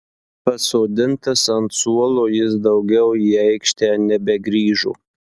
pasodintas ant suolo jis daugiau į aikštę nebegrįžo